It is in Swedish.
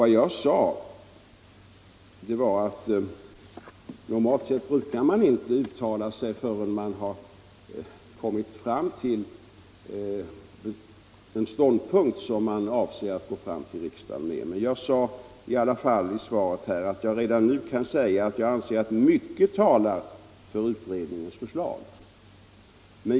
Vad jag sade var att man normalt inte brukar uttala sig i en fråga förrän man har kommit fram till en ståndpunkt som man avser att föra fram till riksdagen men att jag ändå redan nu kunde säga att jag anser att mycket talar för utredningens förslag.